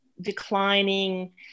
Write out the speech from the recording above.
declining